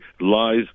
lies